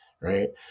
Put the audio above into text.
right